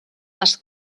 les